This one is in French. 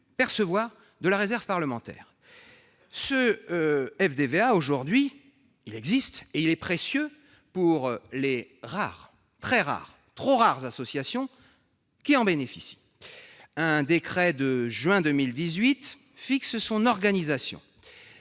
titre de la réserve parlementaire. Le FDVA, qui a le mérite d'exister, est précieux pour les rares, très rares, trop rares associations qui en bénéficient. Un décret de juin 2018 en fixe l'organisation.